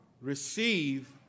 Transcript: Receive